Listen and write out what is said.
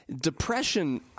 depression